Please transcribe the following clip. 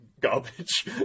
garbage